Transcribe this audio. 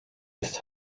ist